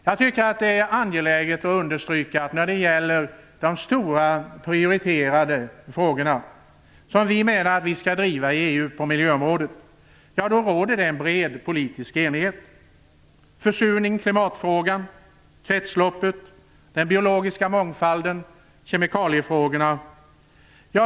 Jag tycker att det är angeläget att understryka att när det gäller de stora prioriterade frågor som vi skall driva i EU på miljöområdet råder det bred politisk enighet. Det gäller försurningsfrågan, klimatfrågan, kretsloppet, den biologiska mångfalden och kemikaliefrågorna.